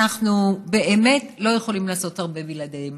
אנחנו באמת לא יכולים לעשות הרבה בלעדיהם.